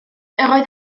oedd